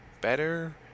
better